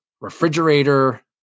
refrigerator